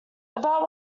about